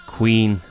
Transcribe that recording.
Queen